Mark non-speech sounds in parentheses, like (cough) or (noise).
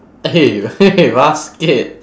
eh (laughs) basket